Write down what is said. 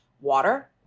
water